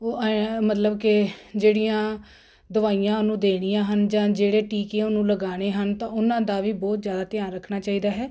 ਉਹ ਐਂ ਆ ਮਤਲਬ ਕਿ ਜਿਹੜੀਆਂ ਦਵਾਈਆਂ ਉਹਨੂੰ ਦੇਣੀਆਂ ਹਨ ਜਾਂ ਜਿਹੜੇ ਟੀਕੇ ਉਹਨੂੰ ਲਗਾਉਣੇ ਹਨ ਤਾਂ ਉਹਨਾਂ ਦਾ ਵੀ ਬਹੁਤ ਜ਼ਿਆਦਾ ਧਿਆਨ ਰੱਖਣਾ ਚਾਹੀਦਾ ਹੈ